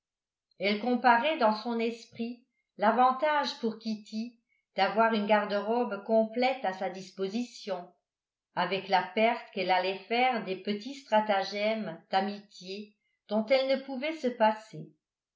elle comparait dans son esprit l'avantage pour kitty d'avoir une garde-robe complète à sa disposition avec la perte qu'elle allait faire des petits stratagèmes d'amitié dont elle ne pouvait se passer